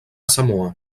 samoa